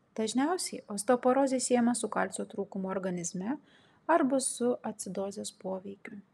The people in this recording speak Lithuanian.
dažniausiai osteoporozė siejama su kalcio trūkumu organizme arba su acidozės poveikiu